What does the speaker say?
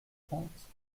trente